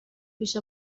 پیش